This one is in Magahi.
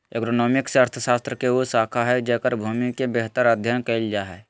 एग्रोनॉमिक्स अर्थशास्त्र के उ शाखा हइ जेकर भूमि के बेहतर अध्यन कायल जा हइ